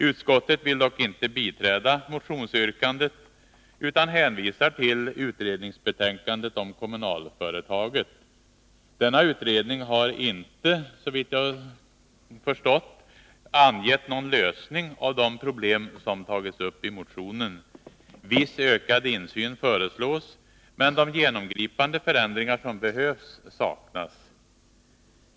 Utskottet vill dock inte biträda motionsyrkandet utan hänvisar till utredningsbetänkandet om kommunalföretaget. Denna utredning har inte, såvitt jag förstår, angett någon lösning på de problem som tagits upp i motionen. Viss ökad insyn föreslås, men de genomgripande förändringar som behövs saknas.